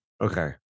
Okay